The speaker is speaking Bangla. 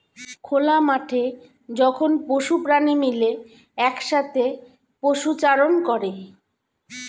খোলা মাঠে যখন পশু প্রাণী মিলে একসাথে পশুচারণ করে